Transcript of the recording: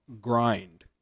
grind